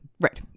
Right